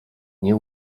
nie